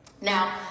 Now